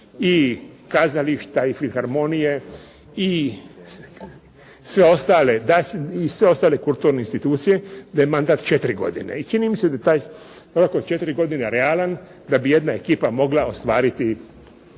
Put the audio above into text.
i kazališta i filharmonije i sve ostale kulturne institucije da je mandat 4 godine i čini mi se da je taj rok od 4 godine realan da bi jedna ekipa mogla ostvariti